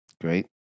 great